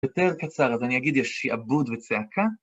יותר קצר, אז אני אגיד יש שיעבוד וצעקה.